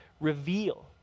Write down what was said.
reveal